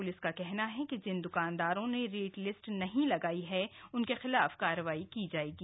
police का कहना है कि जिन दुकानदारों ने रेट लिस्ट नहीं लगाई है तो उनके खिलाफ कार्रवाई की जाएगी